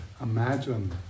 imagine